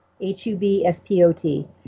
H-U-B-S-P-O-T